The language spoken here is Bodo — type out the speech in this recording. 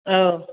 औ